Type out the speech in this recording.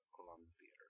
Colombia